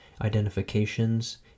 identifications